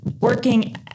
working